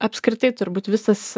apskritai turbūt visas